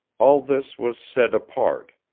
all this was said apart.